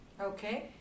Okay